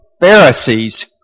Pharisees